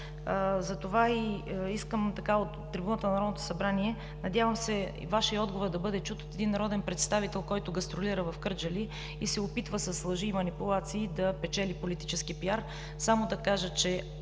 Затова и искам от трибуната на Народното събрание, надявам се Вашият отговор да бъде чут от един народен представител, който гастролира в Кърджали и се опитва с лъжи и манипулации да печели политически пиар. Само да кажа, че